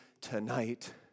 tonight